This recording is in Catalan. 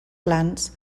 glans